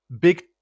big